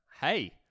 hey